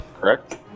Correct